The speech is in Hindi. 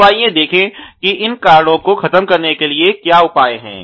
तो आइए देखें कि इन कारणों को खत्म करने के लिए क्या उपाय हैं